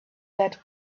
that